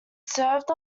served